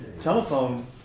telephone